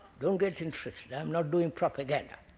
don't get interested, i am not doing propaganda.